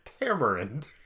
Tamarind